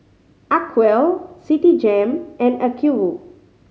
Acwell Citigem and Acuvue